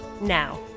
Now